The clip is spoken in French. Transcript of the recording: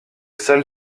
seul